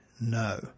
no